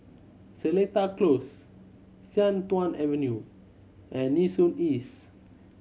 Seletar Close Sian Tuan Avenue and Nee Soon East